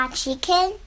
chicken